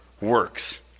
works